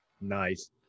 Nice